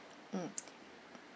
mm